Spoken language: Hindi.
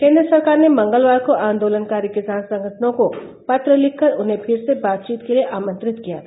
केंद्र सरकार ने मंगलवार को आंदोलनकारी किसान संगठनों को पत्र लिखकर उन्हें फिर से बातचीत के लिए आमंत्रित किया था